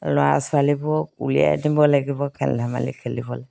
ল'ৰা ছোৱালীবোৰক উলিয়াই দিব লাগিব খেল ধেমালি খেলিবলৈ